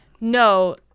No